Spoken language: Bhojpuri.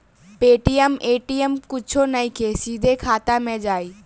पेटीएम ए.टी.एम कुछो नइखे, सीधे खाता मे जाई